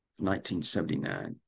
1979